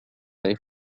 they